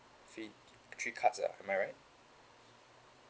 three three cards ah am I right